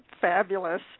fabulous